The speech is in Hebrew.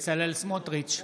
בצלאל סמוטריץ'